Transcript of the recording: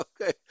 okay